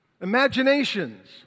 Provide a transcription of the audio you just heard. imaginations